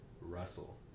Russell